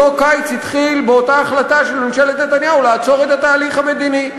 אותו קיץ התחיל באותה החלטה של ממשלת נתניהו לעצור את התהליך המדיני,